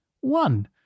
One